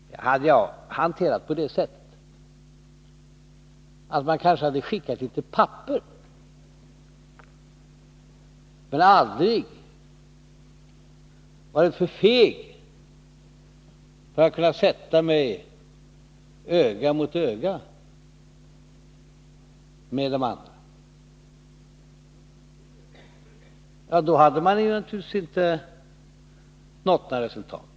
Hade jag hanterat en sådan fråga på det sättet att jag kanske hade skickat litet papper men varit för feg för att kunna sätta mig öga mot öga med de andra, då hade jag naturligtvis inte nått några resultat.